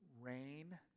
rain